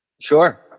Sure